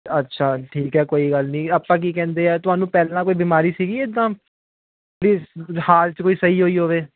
ਅੱਛਾ ਠੀਕ ਹੈ ਕੋਈ ਗੱਲ ਨਹੀਂ ਆਪਾਂ ਕੀ ਕਹਿੰਦੇ ਆ ਤੁਹਾਨੂੰ ਪਹਿਲਾਂ ਕੋਈ ਬਿਮਾਰੀ ਸੀਗੀ ਇੱਦਾਂ ਨਈ ਹਾਲ 'ਚ ਕੋਈ ਸਹੀ ਹੋਈ ਹੋਵੇ